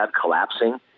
collapsing